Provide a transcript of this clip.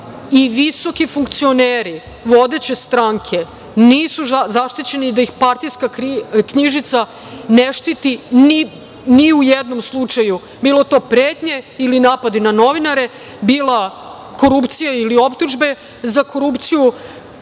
visoki funkcioneri vodeće stranke, nisu zaštićeni, da ih partijska knjižica ne štiti, ni u jednom slučaju, bilo to pretnje ili napadi na novinare, bila korupcija, ili optužbe za korupciju,